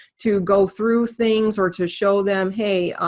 to go through things or to show them hey,